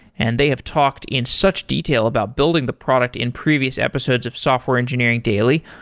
and they have talked in such detail about building the product in previous episodes of software engineering daily.